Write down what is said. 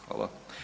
Hvala.